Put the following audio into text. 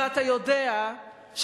ואתה יודע שבמצרים,